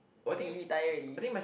he retired already